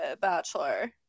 Bachelor